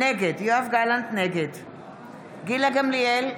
נגד גילה גמליאל,